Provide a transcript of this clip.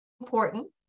important